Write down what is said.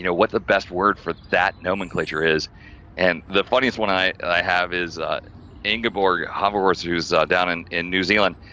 you know, what's the best word for that nomenclature is and the funniest one, i i have is, ingeborg hover horse, who's ah down and in new zealand.